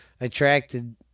attracted